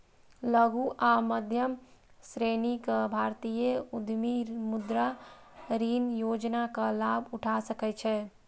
लघु आ मध्यम श्रेणीक भारतीय उद्यमी मुद्रा ऋण योजनाक लाभ उठा सकै छै